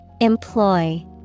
Employ